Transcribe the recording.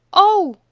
oh!